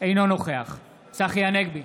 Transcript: אינו נוכח צחי הנגבי,